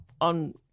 on